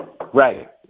right